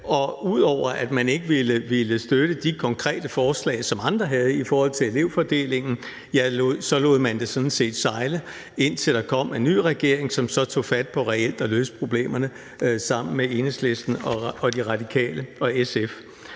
Og ud over at man ikke ville støtte de konkrete forslag, som andre havde i forhold til elevfordelingen, lod man det sådan set sejle, indtil der kom en ny regering, som så tog fat på reelt at løse problemerne sammen med Enhedslisten, De Radikale og SF.